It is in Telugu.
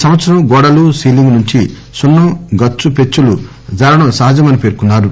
ఏటా గోడలు సీలింగ్ నుంచి సున్నం గచ్చు పెచ్చులు జారడం సహజమని పర్కొన్నారు